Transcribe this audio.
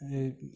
এই